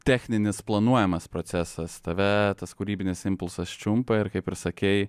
techninis planuojamas procesas tave tas kūrybinis impulsas čiumpa ir kaip ir sakei